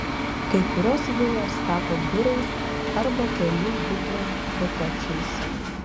kai kurios vilos tapo biurais arba kelių butų kotedžais